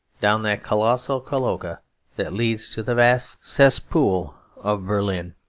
down that colossal cloaca that leads to the vast cesspool of berlin.